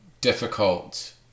difficult